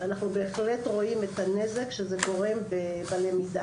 ואנחנו בהחלט רואים את הנזק שזה גורם בלמידה.